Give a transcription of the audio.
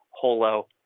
Holo